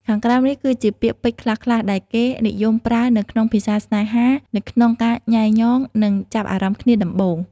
ខាងក្រោមនេះគឺជាពាក្យពេចន៍ខ្លះៗដែលគេនិយមប្រើនៅក្នុងភាសាស្នេហា នៅក្នុងការញ៉ែញ៉ង និងចាប់អារម្មណ៍គ្នាដំបូង។